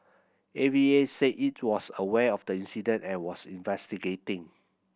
A V A said it was aware of the incident and was investigating